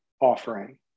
offering